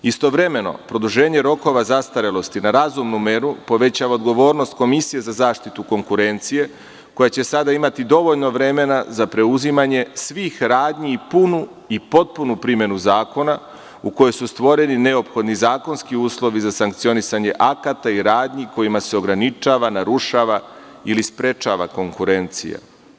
Istovremeno, produženje rokova zastarelosti na razumnu meru povećava odgovornost Komisije za zaštitu konkurencije koja će sada imati dovoljno vremena za preuzimanje svih radnji i punu i potpunu primenu zakona, u kojoj su stvoreni neophodni zakonski uslovi za sankcionisanje akata i radnji kojima se ograničava, narušava ili sprečava konkurencija.